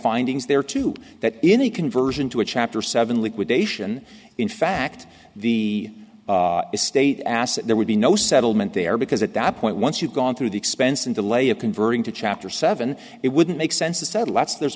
findings there too that any conversion to a chapter seven liquidation in fact the estate asset there would be no settlement there because at that point once you've gone through the expense and delay of converting to chapter seven it wouldn't make sense to settle lots there's